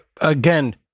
again